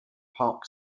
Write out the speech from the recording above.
park